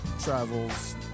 travels